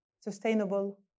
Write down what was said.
sustainable